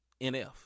NF